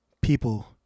people